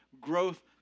growth